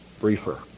briefer